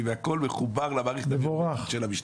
והכל מחובר למערכת הביומטרית של המשטרה.